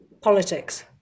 politics